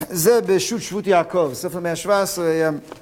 זה בשו"ת שבות יעקב, סוף המאה שבע עשרה